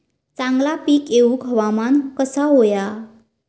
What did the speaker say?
चांगला पीक येऊक हवामान कसा होया?